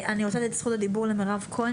אני רוצה לתת את זכות הדיבור למירב כהן,